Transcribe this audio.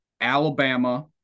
alabama